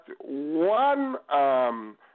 one